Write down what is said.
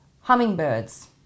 hummingbirds